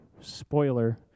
Spoiler